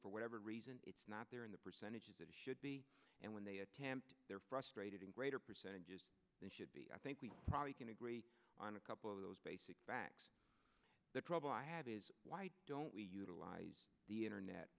for whatever reason it's not there in the percentages it should be and when they attempt they're frustrated in greater percentages than should be i think we probably can agree on a couple of those basic facts the trouble i have is why don't we utilize the internet